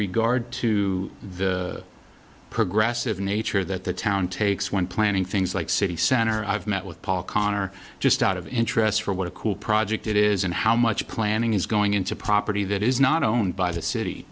regard to the progressive nature that the town takes when planning things like city center i've met with paul connor just out of interest for what a cool project it is and how much planning is going into a property that is not owned by the city